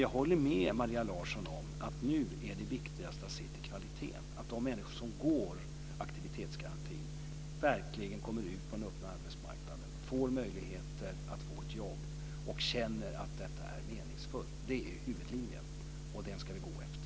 Jag håller med Maria Larsson om att det nu är viktigast att se till kvaliteten och att de människor som går aktivitetsgarantin verkligen kommer ut på den öppna arbetsmarknaden, får möjligheter att få ett jobb och känner att detta är meningsfullt. Det är huvudlinjen, och den ska vi gå efter.